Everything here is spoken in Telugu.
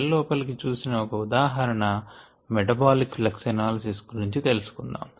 సెల్ లోపలికి చూసే ఒక ఉదాహరణ మెటబాలిక్ ఫ్లక్స్ అనాలిసిస్ గురించి తెలుసుకుందాము